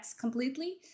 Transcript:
completely